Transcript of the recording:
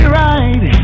right